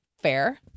fair